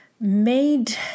made